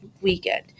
weekend